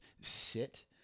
sit